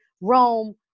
rome